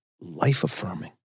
life-affirming